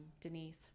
Denise